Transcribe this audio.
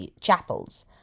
chapels